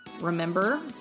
remember